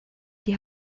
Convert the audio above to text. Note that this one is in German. die